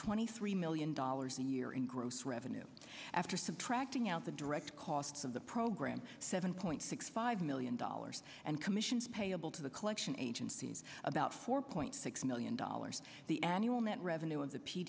twenty three million dollars a year in gross revenue after subtracting out the direct costs of the program seven point six five million dollars and commissions payable to the collection agencies about four point six million dollars the annual net revenue